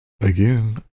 again